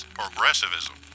progressivism